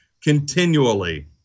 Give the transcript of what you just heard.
continually